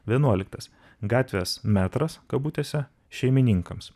vienuoliktas gatvės metras kabutėse šeimininkams